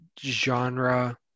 genre